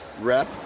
rep